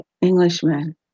Englishman